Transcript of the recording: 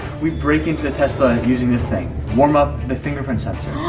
we break into the tesla, and using this thing. warm up the finger print censor.